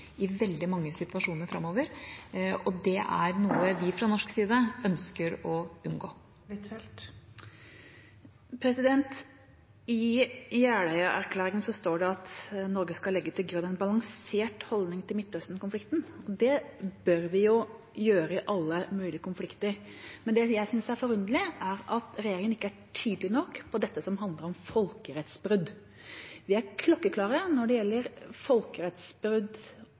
i veldig mange situasjoner framover. Det er noe vi fra norsk side ønsker å unngå. I Jeløya-erklæringen står det at Norge skal «legge til grunn en balansert holdning til Midtøsten-konflikten». Det bør vi jo gjøre i alle mulige konflikter. Men det jeg synes er forunderlig, er at regjeringa ikke er tydelig nok på dette som handler om folkerettsbrudd. Vi er klokkeklare når det gjelder folkerettsbrudd